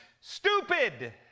stupid